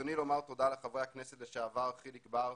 ברצוני לומר תודה לחברי הכנסת לשעבר חיליק בר,